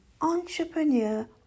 entrepreneur